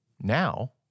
Now